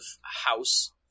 house